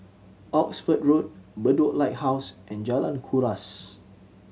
Oxford Road Bedok Lighthouse and Jalan Kuras